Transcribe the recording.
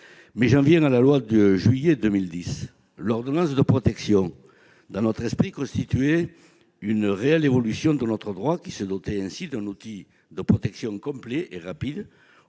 2006. J'en viens à la loi de juillet 2010. L'ordonnance de protection constituait, dans notre esprit, une réelle évolution de notre droit, qui se dotait ainsi d'un outil de protection complet et rapide